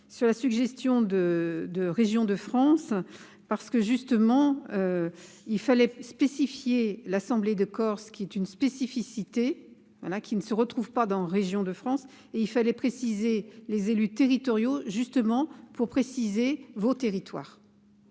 sur la suggestion de de régions de France, parce que justement il fallait spécifié l'assemblée de Corse, qui est une spécificité, voilà qui ne se retrouvent pas dans région de France et il fallait préciser les élus territoriaux justement pour préciser vos territoires.